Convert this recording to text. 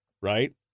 Right